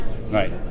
Right